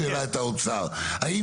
אני שואל שאלה את האוצר.